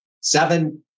seven